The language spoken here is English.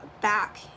back